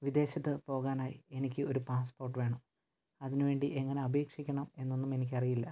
വിദേശത്ത് പോകാനായി എനിക്ക് ഒരു പാസ്പോർട്ട് വേണം അതിന് വേണ്ടി എങ്ങനെ അപേക്ഷിക്കണം എന്നൊന്നും എനിക്കറിയില്ല